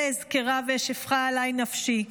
"אלה אזכרה ואשפכה עלי נפשי.